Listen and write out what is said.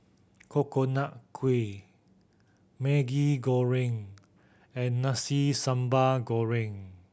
Coconut Kuih Maggi Goreng and Nasi Sambal Goreng